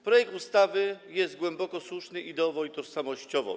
Projekt ustawy jest głęboko słuszny ideowo i tożsamościowo.